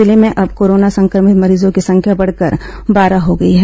जिले में अब कोरोना संक्रमित मरीजों की संख्या बढ़कर बारह हो गई है